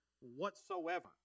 whatsoever